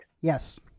yes